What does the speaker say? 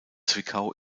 zwickau